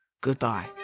goodbye